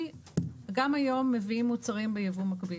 גם היום מביאים מוצרים ביבוא מקביל